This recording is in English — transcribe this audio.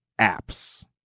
apps